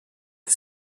the